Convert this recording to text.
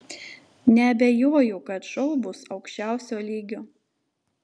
neabejoju kad šou bus aukščiausio lygio